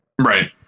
Right